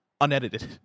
unedited